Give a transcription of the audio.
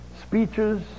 speeches